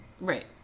Right